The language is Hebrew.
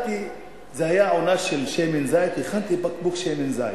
זו היתה העונה של שמן זית, הכנתי בקבוק שמן זית,